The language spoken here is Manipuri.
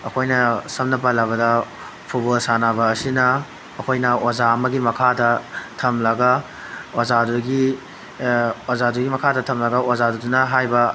ꯑꯩꯈꯣꯏꯅ ꯁꯝꯅ ꯄꯜꯂꯕꯗ ꯐꯨꯠꯕꯣꯜ ꯁꯥꯟꯅꯕ ꯑꯁꯤꯅ ꯑꯩꯈꯣꯏꯅ ꯑꯣꯖꯥ ꯑꯃꯒꯤ ꯃꯈꯥꯗ ꯊꯝꯂꯒ ꯑꯣꯖꯥꯗꯨꯒꯤ ꯑꯣꯖꯥꯗꯨꯒꯤ ꯃꯈꯥꯗ ꯇꯝꯂꯒ ꯑꯣꯖꯥꯗꯨꯅ ꯍꯥꯏꯕ